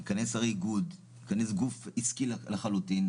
ייכנס גוף עסקי לחלוטין,